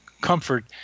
comfort